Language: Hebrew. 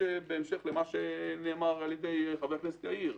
בהמשך למה שנאמר על ידי חבר הכנסת יאיר גולן,